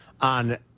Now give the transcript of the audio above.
on